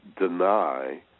Deny